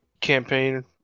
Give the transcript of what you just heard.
campaign